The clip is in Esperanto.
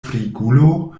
frigulo